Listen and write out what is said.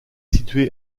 située